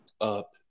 up